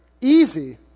easy